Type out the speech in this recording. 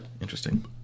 Interesting